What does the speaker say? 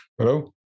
Hello